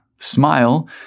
Smile